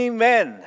Amen